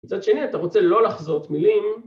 מצד שני אתה רוצה לא לחזות מילים